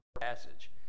passage